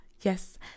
Yes